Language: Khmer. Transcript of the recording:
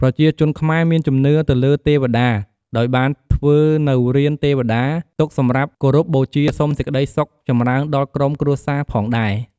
ប្រជាជនខ្មែរមានជំនឿទៅលើទេវតា ដោយបានធ្វើនូវរានទេវតាទុកសម្រាប់គោរពបូជាសុំសេចក្ដីសុខចម្រើនដល់ក្រុមគ្រួសារផងដែរ